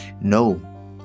No